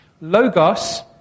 Logos